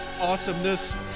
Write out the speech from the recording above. awesomeness